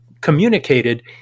communicated